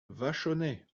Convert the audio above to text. vachonnet